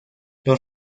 los